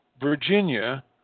Virginia